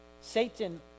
satan